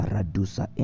Radusa